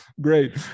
Great